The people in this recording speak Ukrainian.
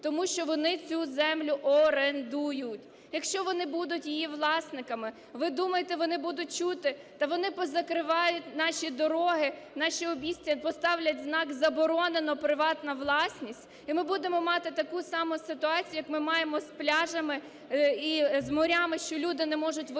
Тому що вони цю землю орендують. Якщо вони будуть її власниками, ви думаєте, вони будуть чути? Та вони позакривають наші дороги, наші обійстя і поставлять знак "Заборонено. Приватна власність". І ми будемо мати таку саму ситуація як ми маємо з пляжами і з морями, що люди не можуть вийти